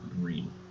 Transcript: green